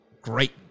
great